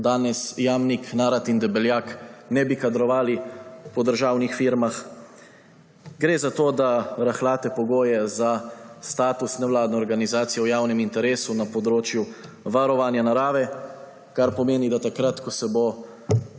danes Jamnik, Narat in Debeljak ne bi kadrovali po državnih firmah. Gre za to, da rahljate pogoje za status nevladne organizacije v javnem interesu na področju varovanja narave, kar pomeni, da takrat, ko se bo